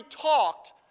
talked